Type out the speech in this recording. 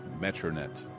Metronet